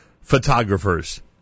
photographers